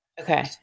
Okay